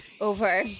over